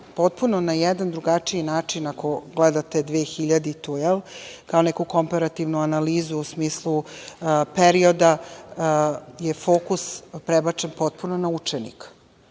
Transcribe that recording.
potpuno na jedan drugačiji način, ako gledate 2000. godinu kao neku komparativnu analizu u smislu perioda, da je fokus prebačen potpuno na učenika.